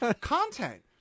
content